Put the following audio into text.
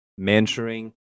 mentoring